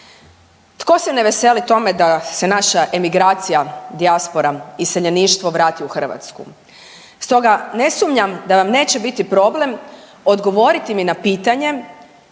Tko se ne veseli tome da se naša emigracija, dijaspora, iseljeništvo vrati u Hrvatsku? Stoga ne sumnjam da vam neće biti problem odgovoriti mi na pitanje